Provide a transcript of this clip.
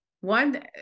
one